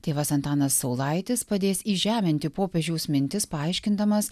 tėvas antanas saulaitis padės įžeminti popiežiaus mintis paaiškindamas